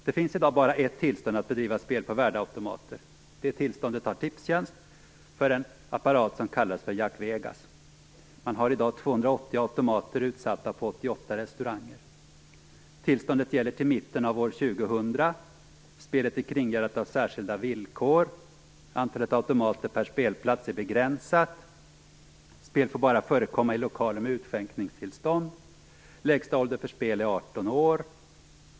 Det finns i dag bara ett tillstånd att bedriva spel på värdeautomater. Det tillståndet har Tipstjänst, för en apparat som kallas för Jack Vegas. Man har i dag 280 automater utsatta på 88 restauranger. Tillståndet gäller till mitten av år 2000. Spelet är kringgärdat av särskilda villkor. Antalet automater per spelplats är begränsat. Spel får bara förekomma i lokaler med utskänkningstillstånd. Lägsta ålder för spel är 18 år.